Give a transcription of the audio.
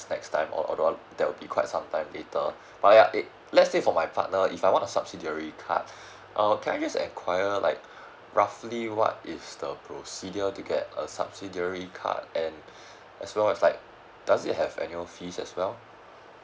next time al~ although that will be quite sometime later but ya it let's say for my part uh if I want a subsidiary card oh okay can I just inquire like roughly what is the procedure to get a subsidiary card and as well as like does it have annual fees as well